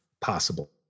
possible